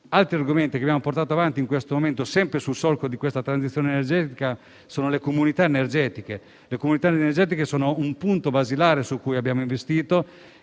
Altri argomenti che abbiamo portato avanti in questo momento, sempre nel solco della transizione energetica, sono le comunità energetiche, che sono un punto basilare su cui abbiamo investito